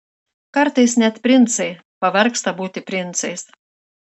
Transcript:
kartais net princai pavargsta būti princais